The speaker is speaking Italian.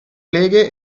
leghe